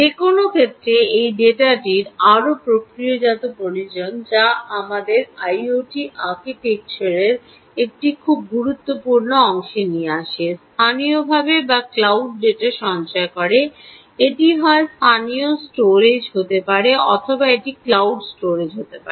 যে কোনও ক্ষেত্রে এই ডেটাটির আরও প্রক্রিয়াকরণ প্রয়োজন যা আমাদের আইওটি আর্কিটেকচারের একটি খুব গুরুত্বপূর্ণ অংশে নিয়ে আসে স্থানীয়ভাবে বা ক্লাউড ডেটা সঞ্চয় করে এটি হয় স্থানীয় স্টোরেজ হতে পারে অথবা এটি ক্লাউড স্টোরেজ হতে পারে